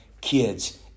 kids